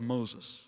Moses